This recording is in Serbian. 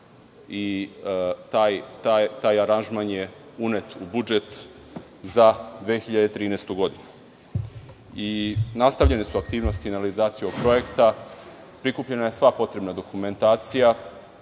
i taj aranžman je unet u budžet za 2013. godinu. Nastavljene su aktivnosti finalizacije ovog projekta. Prikupljena je sva potrebna dokumentacija.